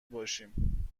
باشیم